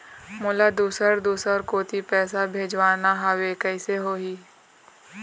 मोला दुसर दूसर कोती पैसा भेजवाना हवे, कइसे होही?